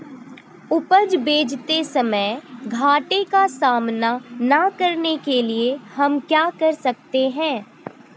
उपज बेचते समय घाटे का सामना न करने के लिए हम क्या कर सकते हैं?